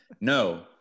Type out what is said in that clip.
no